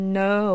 ,no